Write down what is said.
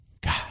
God